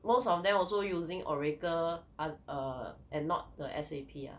most of them also using Oracle and not the S_A_P lah